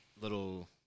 little